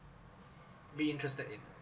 be interested in